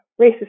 racist